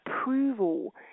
approval